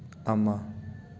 ꯑꯃ